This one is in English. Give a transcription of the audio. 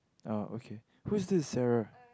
ah okay who is this Sarah